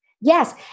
Yes